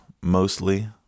mostly